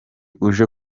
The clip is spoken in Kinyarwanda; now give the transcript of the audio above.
uje